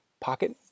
pocket